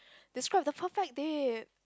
describe the perfect date